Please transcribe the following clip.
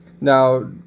Now